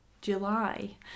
July